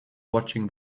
watching